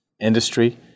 industry